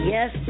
Yes